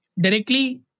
directly